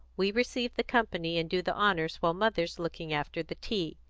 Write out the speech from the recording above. we receive the company and do the honours while mother's looking after the tea.